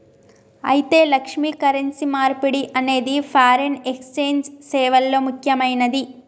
అయితే లక్ష్మి, కరెన్సీ మార్పిడి అనేది ఫారిన్ ఎక్సెంజ్ సేవల్లో ముక్యమైనది